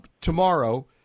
tomorrow